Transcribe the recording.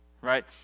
right